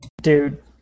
Dude